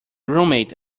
roommate